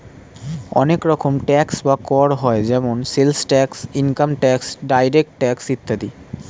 অনেক রকম ট্যাক্স বা কর হয় যেমন sales tax, income tax, direct tax ইত্যাদি